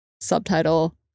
Subtitle